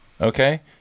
Okay